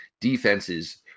defenses